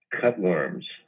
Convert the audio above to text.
Cutworms